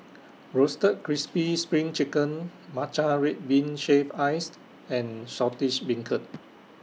Roasted Crispy SPRING Chicken Matcha Red Bean Shaved Ice and Saltish Beancurd